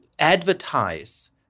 advertise